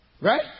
Right